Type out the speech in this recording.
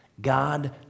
God